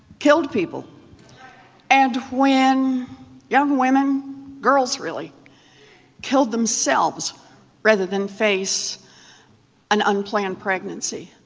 killed people and when young women girls, really killed themselves rather than face an unplanned pregnancy.